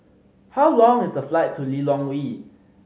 how long is the flight to Lilongwe